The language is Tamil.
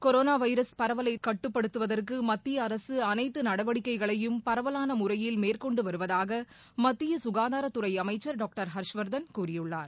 கொரோனாவைரஸ் பரவலைகட்டுப்படுத்துவதற்குமத்தியஅரகஅனைத்துநடவடிக்கைகளையும் பரவலானமுறையில் மேற்கொண்டுவருவதாகமத்தியசுகாதாரத்துறைஅமைச்சர் டாக்டர் ஹர்ஷ்வர்தன் கூறியுள்ளார்